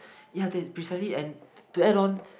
ya that's precisely and to add on